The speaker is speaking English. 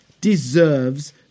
deserves